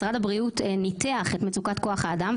משרד הבריאות ניתח את מצוקת כוח האדם,